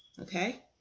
okay